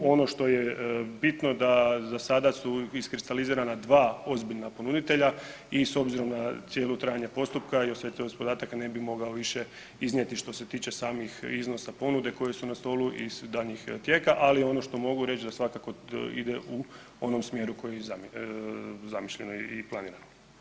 Ono što je bitno da za sada su iskristalizirana dva ozbiljna ponuditelja i s obzira na cijelo trajanje postupka i osjetljivost podataka ne bi mogao više iznijeti što se tiče samih iznosa ponude koje su na stolu i daljnjih tijeka, ali ono što mogu reć da svakako ide u onom smjeru koji je zamišljen i planiran.